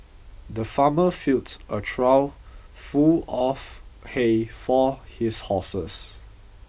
the farmer filled a trough full of hay for his horses